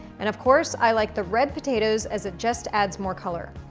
and of course, i like the red potatoes, as it just adds more color.